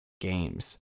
games